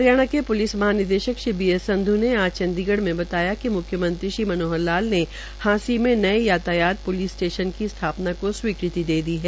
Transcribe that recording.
हरियाणा के प्लिस महानिदेशक Shri B S Sandhu ने आज चंडीगढ़ में बताया कि म्ख्यमंत्री मनोहर लाल ने हांसी में नये यातायात प्लिस स्टेशन की स्थापना को स्वीकृति दे दी है